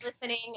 listening